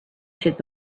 should